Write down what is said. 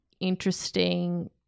interesting